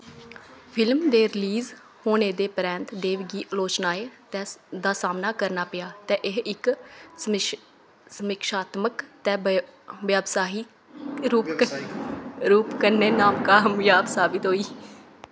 film दे release होने दे परैंत्त देव गी आलोचनाएं दा सामना करना पेआ ते एह् इक समीक्षात्मक ते व्यावसायिक रूप कन्नै नाकामयाब साबत होई